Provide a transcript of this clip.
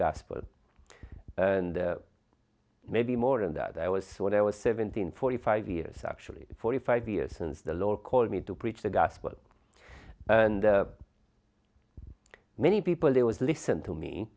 gospel and maybe more than that i was what i was seventeen forty five years actually forty five years since the law called me to preach the gospel and many people there was listen to me